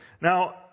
now